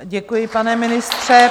Děkuji, pane ministře.